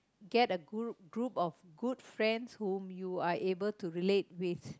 get a group of good whom you are able to relate with